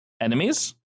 Enemies